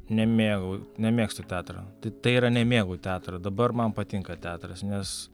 nemėgau nemėgstu teatro tai yra nemėgau teatro dabar man patinka teatras nes